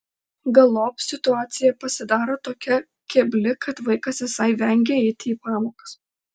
galop situacija pasidaro tokia kebli kad vaikas visai vengia eiti į pamokas